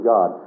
God